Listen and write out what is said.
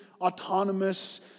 autonomous